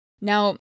Now